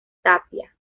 tapia